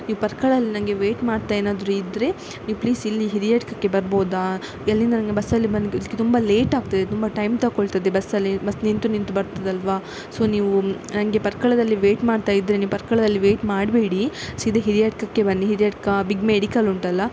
ನೀವು ಪರ್ಕಳಲ್ಲಿ ನನಗೆ ವೇಯ್ಟ್ ಮಾಡ್ತಾ ಏನಾದರೂ ಇದ್ದರೆ ನೀವು ಪ್ಲೀಸ್ ಇಲ್ಲಿ ಹಿರಿಯಡ್ಕಕ್ಕೆ ಬರ್ಬೋದಾ ಎಲ್ಲಿ ಬಸ್ಸಲ್ಲಿ ಬಂದು ತುಂಬ ಲೇಟ್ ಆಗ್ತದೆ ತುಂಬ ಟೈಮ್ ತಗೊಳ್ತದೆ ಬಸ್ಸಲ್ಲಿ ಬಸ್ ನಿಂತು ನಿಂತು ಬರ್ತದಲ್ವ ಸೊ ನೀವು ನನಗೆ ಪರ್ಕಳದಲ್ಲಿ ವೇಯ್ಟ್ ಮಾಡ್ತಾಯಿದ್ದರೆ ನೀವು ಪರ್ಕಳದಲ್ಲಿ ವೇಯ್ಟ್ ಮಾಡಬೇಡಿ ಸೀದಾ ಹಿರಿಯಡ್ಕಕ್ಕೆ ಬನ್ನಿ ಹಿರಿಯಡ್ಕ ಬಿಗ್ ಮೆಡಿಕಲ್ ಉಂಟಲ್ಲ